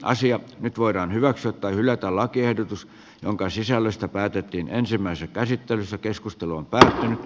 nyt voidaan hyväksyä tai hylätä lakiehdotus jonka sisällöstä päätettiin ensimmäisen käsittelyssä keskustelun päällä